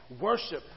worship